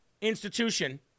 institution